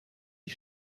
die